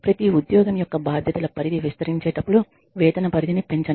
ప్రతి ఉద్యోగం యొక్క బాధ్యతల పరిధి విస్తరించేటప్పుడు వేతన పరిధిని పెంచండి